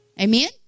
Amen